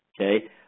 okay